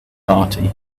party